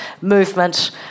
movement